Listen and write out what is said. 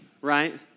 right